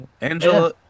Angela